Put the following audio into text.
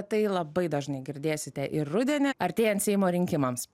tai labai dažnai girdėsite ir rudenį artėjant seimo rinkimams